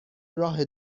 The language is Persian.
راه